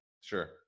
Sure